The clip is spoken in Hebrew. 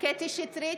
קטי קטרין שטרית,